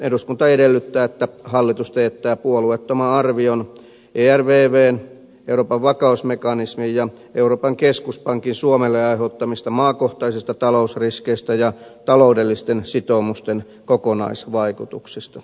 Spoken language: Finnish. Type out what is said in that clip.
eduskunta edellyttää että hallitus teettää puolueettoman arvion ervvn evmn ja euroopan keskuspankin suomelle aiheuttamista maakohtaisista talousriskeistä ja taloudellisten sitoumusten kokonaisvaikutuksista